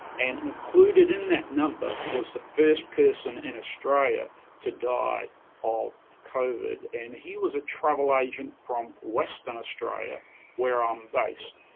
and included in that number was the first person in australia to die of covid. and he was a travel agent from western australia where i'm based,